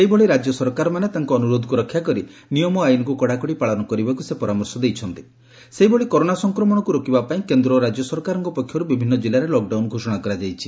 ସେହିଭଳି ରାଜ୍ୟ ସରକାରମାନେ ତାଙ୍କ ଅନୁରୋଧକୁ ରକ୍ଷା କରି ନିୟମ ଓ ଆଇନକୁ କଡ଼ାକଡ଼ି ପାଳନ କରିବାକୁ ସେ ପରାମର୍ଶ ଦେଇଛନ୍ତି ସେହିଭଳି କରୋନା ସଂକ୍ରମଶକୁ ରୋକିବା ପାଇଁ କେନ୍ଦ୍ ଓ ରାଜ୍ୟ ସରକାରଙ୍କ ପକ୍ଷରୁ ବିଭିନ୍ କିଲ୍କାରେ ଲକ୍ଡାଉନ ଘୋଷଣା କରା ଯାଇଛି